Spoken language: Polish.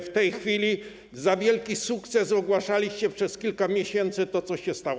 W tej chwili jako wielki sukces ogłaszaliście przez kilka miesięcy to, co się stało.